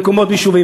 במקומות היישוב.